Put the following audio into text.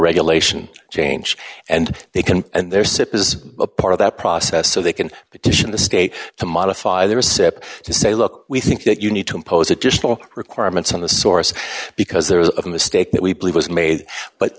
regulation change and they can and their sip is a part of that process so they can petition the state to modify their cept to say look we think that you need to impose additional requirements on the source because there was a mistake that we believe was made but